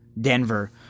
Denver